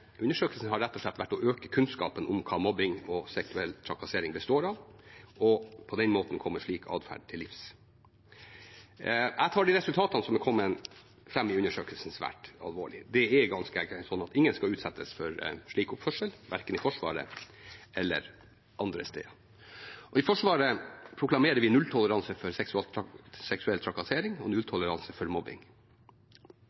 undersøkelsen har rett og slett vært å øke kunnskapen om hva mobbing og seksuell trakassering består av, og på den måten komme slik adferd til livs. Jeg tar resultatene som har kommet fram i undersøkelsen, svært alvorlig. Det er ganske enkelt sånn at ingen skal utsettes for slik oppførsel, verken i Forsvaret eller andre steder. I Forsvaret proklamerer vi nulltoleranse for seksuell trakassering og